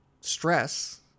stress